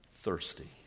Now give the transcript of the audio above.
thirsty